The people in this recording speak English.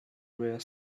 rear